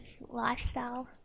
lifestyle